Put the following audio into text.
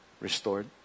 restored